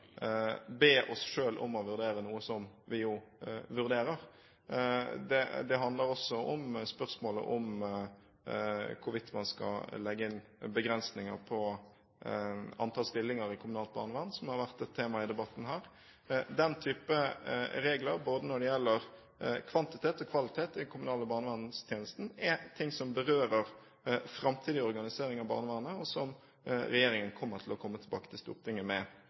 be oss selv om å vurdere noe som vi jo vurderer. Det handler også om spørsmålet om hvorvidt man skal legge inn begrensninger på antall stillinger i kommunalt barnevern, som har vært et tema i debatten her. Den typen regler, både når det gjelder kvantitet og kvalitet, i den kommunale barnevernstjenesten er ting som berører framtidig organisering av barnevernet, og som regjeringen kommer til å komme tilbake til Stortinget med